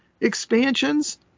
expansions